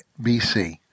BC